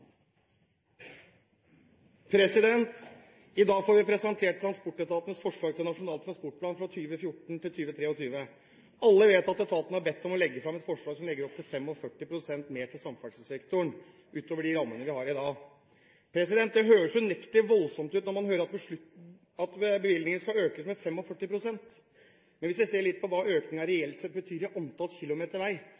I dag får vi presentert transportetatenes forslag til Nasjonal transportplan for 2014–2023. Alle vet at etatene er bedt om å legge fram et forslag som legger opp til 45 pst. mer i bevilgninger til samferdselssektoren utover de rammene vi har i dag. Det høres unektelig voldsomt ut når man hører at bevilgningene skal økes med 45 pst., men hvis vi ser litt på hva